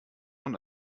und